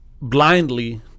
blindly